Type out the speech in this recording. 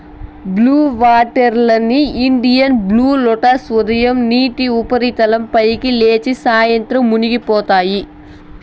blue water lily, Indian blue lotus ఉదయం నీటి ఉపరితలం పైకి లేచి, సాయంత్రం మునిగిపోతాయి